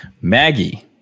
Maggie